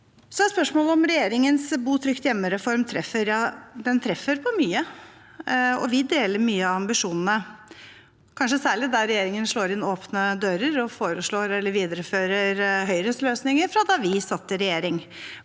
spørsmålet om regjeringens bo trygt hjemmereform treffer. Ja, den treffer på mye, og vi deler mange av ambisjonene, kanskje særlig der regjeringen slår inn åpne dører og viderefører Høyres løsninger fra da vi satt i regjering